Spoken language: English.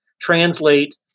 translate